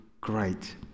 great